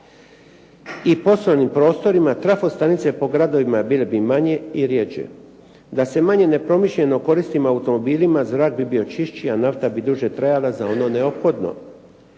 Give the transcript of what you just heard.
i poslovnim prostorima trafo stanice po gradovima bile bi manje i rjeđe. Da se manje nepromišljeno koristimo automobilima zrak bi bio čišći a nafta bi duže trajala za ono neophodno.